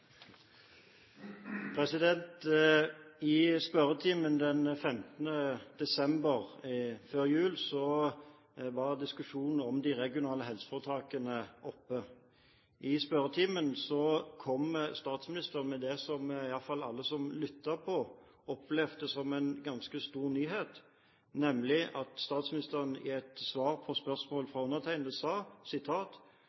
I spørretimen den 15. desember før jul var diskusjonen om de regionale helseforetakene oppe. Da kom statsministeren med det, som i hvert fall alle som lyttet på, opplevde som en ganske stor nyhet, nemlig at han sa som svar på spørsmål